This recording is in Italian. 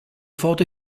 foto